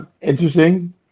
Interesting